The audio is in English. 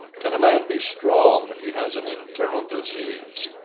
can a man be strong if he has an internal disease,